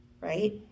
right